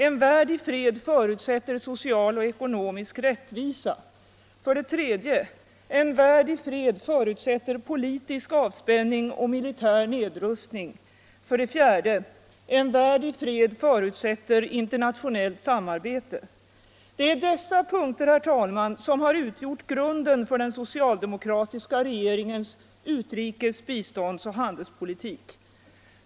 En värld i fred förutsätter social och ekonomisk rättvisa. 3. En värld i fred förutsätter politisk avspänning och militär nedrustning. Det är dessa punkter som har utgjort grunden för den socialdemokratiska regeringens utrikes-, biståndsoch handelspolitik.